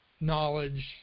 knowledge